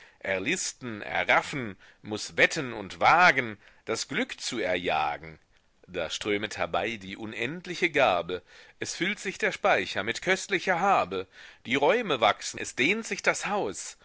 erlisten erraffen muß wetten und wagen das glück zu erjagen da strömet herbei die unendliche gabe es füllt sich der speicher mit köstlicher habe die räume wachsen es dehnt sich das haus